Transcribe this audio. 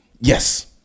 Yes